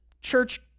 church